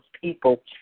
people